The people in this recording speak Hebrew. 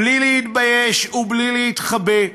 בלי להתבייש ובלי להתחבא,